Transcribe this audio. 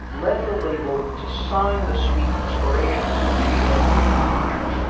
led the label to sign the sweet inspirations to their own contract